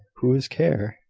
whose care?